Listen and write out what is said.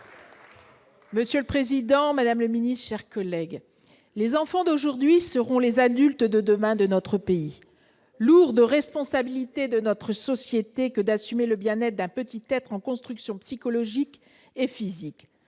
Monsieur le président, madame la ministre, chers collègues, les enfants d'aujourd'hui seront demain les adultes de notre pays : lourde responsabilité pour notre société que celle d'assumer le bien-être d'un petit être en construction psychologique et physique